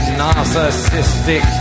narcissistic